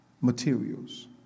materials